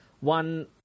one